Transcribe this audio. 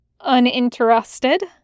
Uninterested